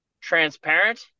transparent